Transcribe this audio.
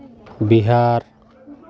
Bihar